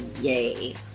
Yay